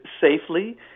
safely